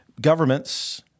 governments